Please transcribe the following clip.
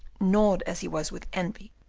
gnawed as he was with envy,